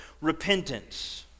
repentance